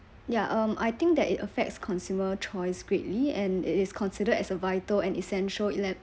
ya um I think that it affects consumer choice greatly and it is considered as a vital and essential ele~